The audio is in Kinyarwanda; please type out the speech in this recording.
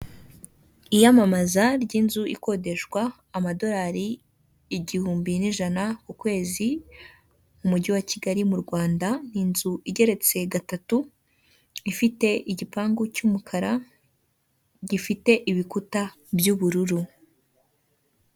Iyamamaza ry'inzu ikodeshwa amadorari igihumbi n'ijana ku kwezi mu mujyi wa Kigali mu Rwanda inzu igeretse gatatu ifite igipangu cy'umukara gifite ibikuta by'ubururu.